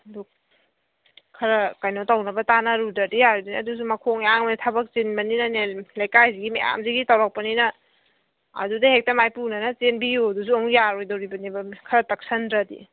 ꯑꯗꯨ ꯈꯔ ꯀꯩꯅꯣ ꯇꯧꯅꯕ ꯇꯥꯟꯅꯔꯨꯗ꯭ꯔꯗꯤ ꯌꯥꯔꯣꯏꯗꯧꯅꯤ ꯑꯗꯨꯁꯨ ꯃꯈꯣꯡ ꯌꯥꯡꯕꯅꯤ ꯊꯕꯛ ꯆꯤꯟꯕꯅꯤꯅꯅꯦ ꯂꯩꯀꯥꯏꯁꯤꯒꯤ ꯃꯌꯥꯃꯁꯤꯒꯤ ꯇꯧꯔꯛꯄꯅꯤꯅ ꯑꯗꯨꯗ ꯍꯦꯛꯇ ꯃꯥꯏꯄꯨꯅꯅ ꯆꯦꯟꯕꯤꯌꯣꯗꯨꯁꯨ ꯑꯃꯨꯛ ꯌꯥꯔꯣꯏꯗꯧꯔꯤꯕꯅꯦꯕ ꯈꯔ ꯇꯛꯁꯟꯗ꯭ꯔꯗꯤ